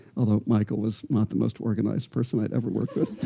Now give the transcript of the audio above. although, michael was not the most organized person i've ever worked with.